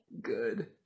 Good